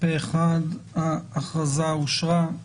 הצבעה בעד פה אחד הכרזת סמכויות מיוחדות